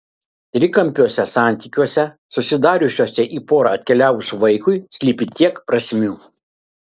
trikampiuose santykiuose susidariusiuose į porą atkeliavus vaikui slypi tiek prasmių